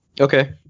Okay